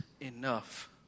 enough